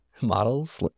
models